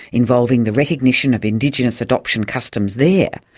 involving the recognition of indigenous adoption customs there,